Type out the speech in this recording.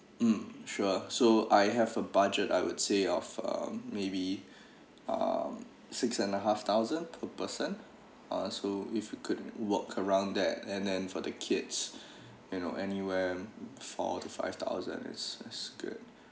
mm sure so I have a budget I would say of uh maybe um six and a half thousand per person ah so if you could work around that and then for the kids you know anywhere four to five thousand it's it's good